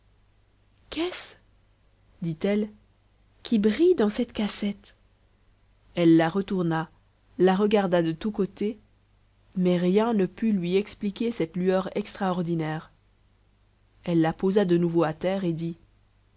qu'est-ce dit-elle qui brille dans cette cassette elle la retourna la regarda de tous côtés mais rien ne put lui expliquer cette lueur extraordinaire elle la posa de nouveau à terre et dit